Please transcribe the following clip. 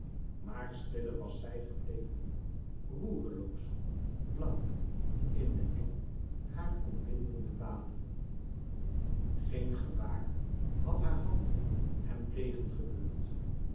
maar stille was zij gebleven roereloos blank in de eng haar omwindende wade geen gebaar had haar hand hem tegen gebeurd